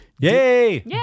Yay